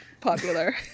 popular